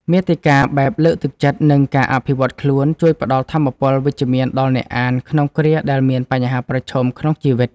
មាតិកាបែបលើកទឹកចិត្ត និងការអភិវឌ្ឍខ្លួន ជួយផ្តល់ថាមពលវិជ្ជមានដល់អ្នកអានក្នុងគ្រាដែលមានបញ្ហាប្រឈមក្នុងជីវិត។